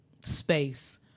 space